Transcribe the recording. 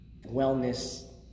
wellness